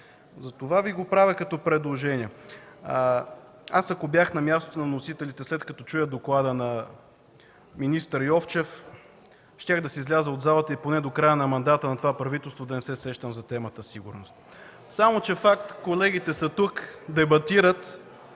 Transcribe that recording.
Затова Ви го правя като предложение. Ако бях на мястото на вносителите, след като чуя доклада на министър Йовчев, щях да си изляза от залата и поне до края на мандата на това правителство да не се сещам за темата „Сигурност”. (Силен шум и реплики от ГЕРБ.